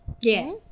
Yes